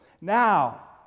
Now